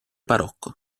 barocco